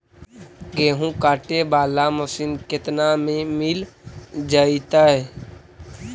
गेहूं काटे बाला मशीन केतना में मिल जइतै?